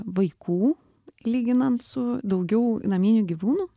vaikų lyginant su daugiau naminių gyvūnų